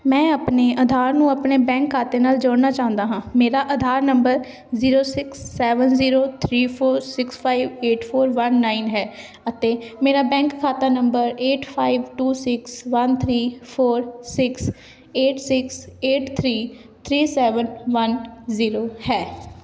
ਮੈਂ ਆਪਣੇ ਆਧਾਰ ਨੂੰ ਆਪਣੇ ਬੈਂਕ ਖਾਤੇ ਨਾਲ ਜੋੜਨਾ ਚਾਹੁੰਦਾ ਹਾਂ ਮੇਰਾ Aadhaar number zero six seven zero three four six five eight four one nine ਹੈ ਅਤੇ ਮੇਰਾ ਬੈਂਕ ਖਾਤਾ number eight five two six one three four six eight six eight three three seven one zero ਹੈ